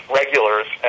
regulars